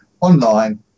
online